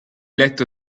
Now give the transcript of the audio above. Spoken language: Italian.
letto